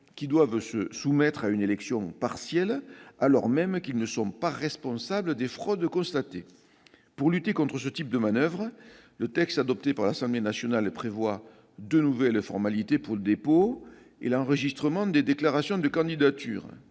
qui doivent se soumettre à une élection partielle alors même qu'ils ne sont pas responsables des fraudes constatées. Pour lutter contre ce type de manoeuvre, le texte adopté par l'Assemblée nationale prévoit deux nouvelles formalités lors du dépôt de candidature et de l'enregistrement des déclarations de candidature